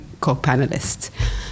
co-panelists